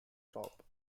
top